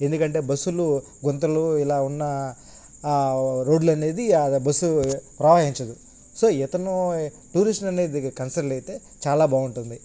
ఎందుకంటే బస్సులు గుంతలు ఇలా ఉన్న రోడ్లు అనేవి బస్సు ప్రవహించదు సో ఇతను టూరిస్ట్ని అనేది కన్సల్ట్ అయితే చాలా బాగుంటుంది